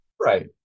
Right